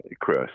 Chris